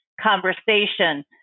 conversation